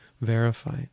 verify